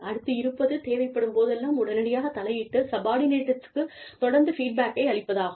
அடுத்து இருப்பது தேவைப்படும் போதெல்லாம் உடனடியாக தலையிட்டு சப்பார்டினேட்ஸூக்கு தொடர்ந்து ஃபீட்பேக்கை அளிப்பதாகும்